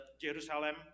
Jerusalem